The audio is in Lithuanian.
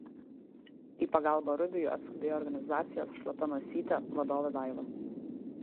į pagalbą rubiui atskubėjo organizacijos šlapia nosytė vadovė daiva